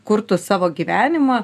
kurtų savo gyvenimą